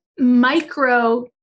micro